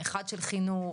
אחד של חינוך,